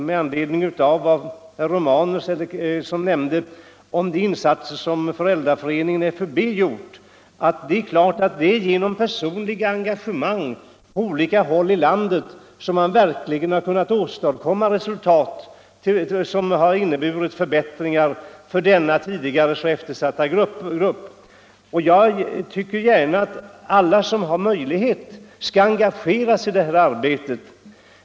Med anledning av vad herr Romanus sade om de insatser som FUB gjort vill jag också framhålla att det är givetvis genom personligt engagemang på olika håll i landet som man verkligen har kunnat åstadkomma resultat som inneburit förbättringar för denna tidigare så eftersatta grupp. Jag tycker att alla som har möjlighet skall engagera sig i det här arbetet.